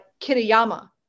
Kitayama